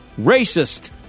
Racist